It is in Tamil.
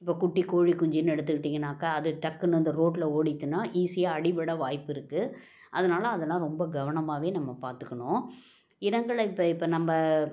இப்போ குட்டி கோழி குஞ்சுன்னு எடுத்துக்கிட்டிங்கனாக்கால் அது டக்குன்னு அந்த ரோட்டில் ஓடித்துன்னால் ஈஸியாக அடிப்பட வாய்ப்பிருக்குது அதனால அதெல்லாம் ரொம்ப கவனமாகவே நம்ம பார்த்துக்கணும் இனங்களை இப்போ இப்போ நம்ம